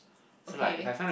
okay